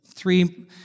three